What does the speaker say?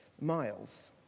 miles